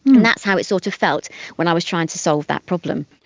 and that's how it sort of felt when i was trying to solve that problem.